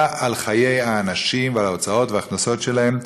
על חיי האנשים ועל ההוצאות והכנסות שלהם,